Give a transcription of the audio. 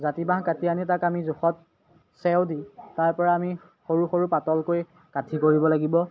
জাতি বাঁহ কাটি আনি তাক আমি জোখত চেও দি তাৰপৰা আমি সৰু সৰু পাতলকৈ কাঠি কৰিব লাগিব